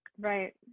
Right